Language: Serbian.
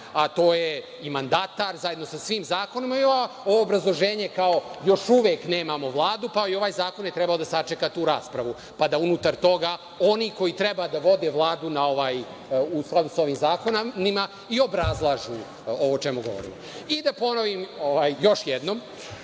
a to je mandatar zajedno sa svim zakonima. Ovo obrazloženje, kao još uvek nemamo Vladu, pa i ovaj zakon je trebao da sačeka tu raspravu, pa da unutar toga oni koji treba da vode Vladu u skladu sa ovim zakonima i obrazlažu ovo o čemu govorim. Da ponovim još jednom,